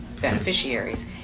beneficiaries